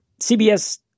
CBS